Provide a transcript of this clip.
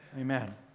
Amen